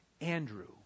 Andrew